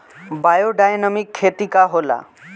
Biodynamic खेती का होला?